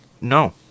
no